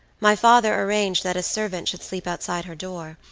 my father arranged that a servant should sleep outside her door,